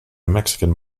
mexican